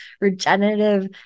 regenerative